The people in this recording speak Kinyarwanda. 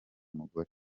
umugore